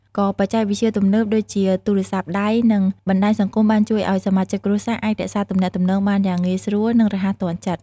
ក៏បច្ចេកវិទ្យាទំនើបដូចជាទូរសព្ទដៃនិងបណ្ដាញសង្គមបានជួយឱ្យសមាជិកគ្រួសារអាចរក្សាទំនាក់ទំនងបានយ៉ាងងាយស្រួល និងរហ័សទាន់ចិត្ត។